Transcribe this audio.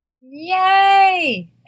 Yay